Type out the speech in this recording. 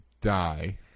die